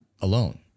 alone